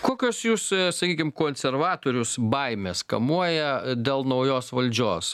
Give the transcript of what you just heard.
kokios jus sakykim konservatorius baimės kamuoja dėl naujos valdžios